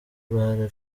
uruhare